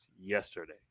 yesterday